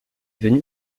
venu